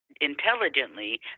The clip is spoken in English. intelligently